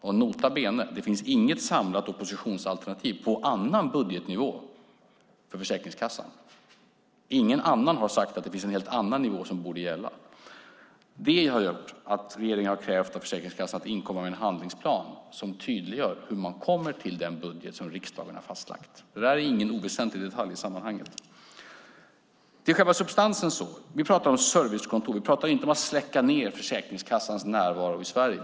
Och nota bene: Det finns inget samlat oppositionsalternativ på annan budgetnivå för Försäkringskassan. Ingen annan har sagt att finns en helt annan nivå som borde gälla. Det har gjort att regeringen har krävt att Försäkringskassan ska inkomma med en handlingsplan som tydliggör hur man kommer till den budget som riksdagen har fastlagt. Detta är ingen oväsentlig detalj i sammanhanget. Så till själva substansen. Vi pratar om servicekontor, inte om att släcka ned Försäkringskassans närvaro i Sverige.